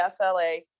SLA